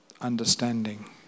understanding